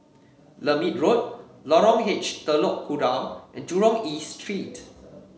Lermit Road Lorong H Telok Kurau and Jurong East Street